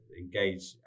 engage